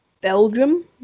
Belgium